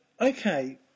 okay